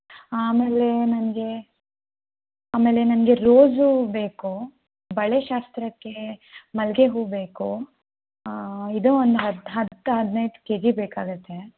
ಆಮೇಲೆ ನನಗೆ ಆಮೇಲೆ ನನಗೆ ರೋಸು ಬೇಕು ಬಳೆ ಶಾಸ್ತ್ರಕ್ಕೆ ಮಲ್ಲಿಗೆ ಹೂವು ಬೇಕು ಇದು ಒಂದು ಹತ್ತು ಹತ್ತು ಹದಿನೈದು ಕೆ ಜಿ ಬೇಕಾಗುತ್ತೆ